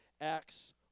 Acts